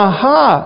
Aha